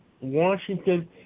Washington